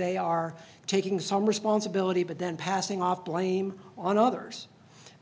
they are taking some responsibility but then passing off blame on others